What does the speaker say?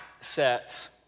sets